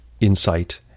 insight